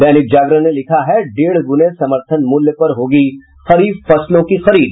दैनिक जागरण ने लिखा है डेढ़ गुने समर्थन मूल्य पर होगी खरीफ फसलों की खरीद